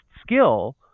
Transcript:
skill